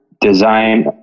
Design